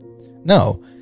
no